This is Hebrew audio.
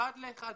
אחד לאחד,